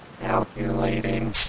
Calculating